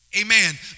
amen